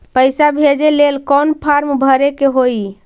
पैसा भेजे लेल कौन फार्म भरे के होई?